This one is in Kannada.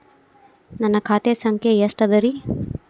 ನನ್ನ ಖಾತೆ ಸಂಖ್ಯೆ ಎಷ್ಟ ಅದರಿ?